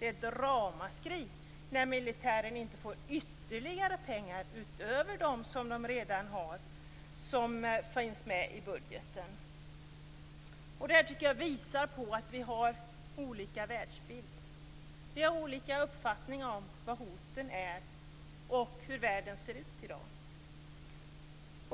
ett ramaskri när militären inte får ytterligare pengar utöver dem som den redan har och som finns med i budgeten. Det tycker jag visar på att vi har olika världsbild. Vi har olika uppfattning om vad hoten är och hur världen ser ut i dag.